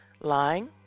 lying